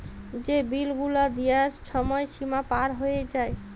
যে বিল গুলা দিয়ার ছময় সীমা পার হঁয়ে যায়